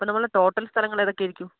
അപ്പോൾ നമ്മുടെ ടോട്ടൽ സ്ഥലങ്ങളേതൊക്കെയായിരിക്കും